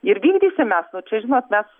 ir vykdysim mes nu čia žinot mes